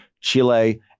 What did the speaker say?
Chile